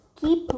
keep